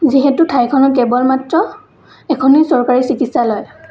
যিহতু ঠাইখনত কেৱল মাত্ৰ এখনেই চৰকাৰী চিকিৎসালয়